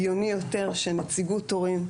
הגיוני יותר שנציגות הורים,